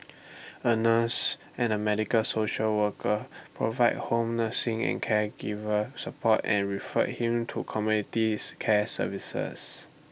A nurse and A medical social worker provided home nursing and caregiver support and referred him to communities care services